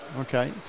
Okay